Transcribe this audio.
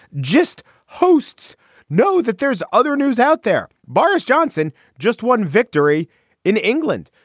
just hosts know that there's other news out there. boris johnson just won victory in england.